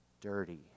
dirty